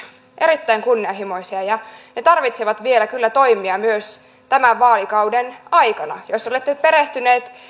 erittäin kunnianhimoisia ja ne kyllä tarvitsevat vielä toimia myös tämän vaalikauden aikana jos olette perehtyneet